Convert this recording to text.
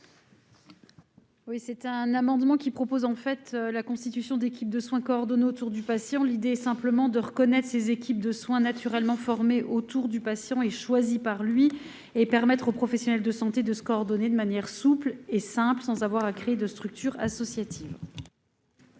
Cet amendement vise à permettre la constitution d'équipes coordonnées de soins autour du patient. L'idée est simplement d'accorder une reconnaissance à ces équipes de soins naturellement formées autour des patients et choisies par eux et de permettre aux professionnels de santé de se coordonner de manière souple et simple, sans avoir à créer de structure associative.